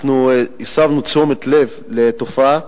הסבנו תשומת לב לתופעה,